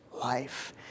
life